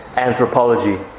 anthropology